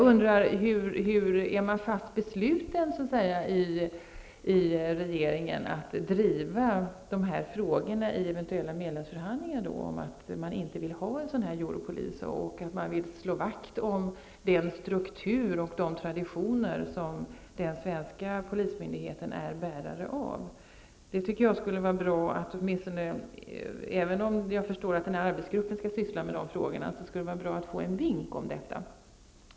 Är regeringen fast besluten att driva dessa frågor vid eventuella medlemskapsförhandlingar, dvs. att man inte vill ha en ''Europolis'' och att man vill slå vakt om den struktur och de traditioner som den svenska polismyndigheten är bärare av? Även om jag förstår att arbetsgruppen skall syssla med dessa frågor vore det bra att få en vink om detta.